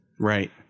Right